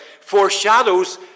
foreshadows